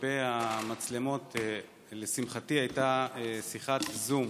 לגבי המצלמות, לשמחתי, הייתה שיחת זום